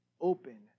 open